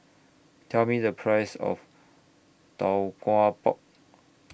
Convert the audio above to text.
Tell Me The Price of Tau Kwa Pau